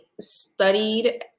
studied